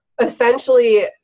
essentially